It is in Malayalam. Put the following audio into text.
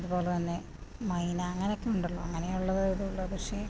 അതുപോലെതന്നെ മൈന അങ്ങനൊക്കെ ഉണ്ടല്ലോ അങ്ങനെയുള്ളത് ഇതുള്ള പക്ഷി